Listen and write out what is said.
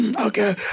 Okay